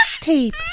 tape